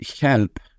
help